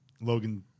Logan